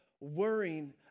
worrying